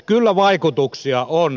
kyllä vaikutuksia on